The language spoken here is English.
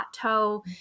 plateau